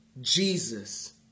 Jesus